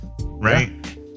right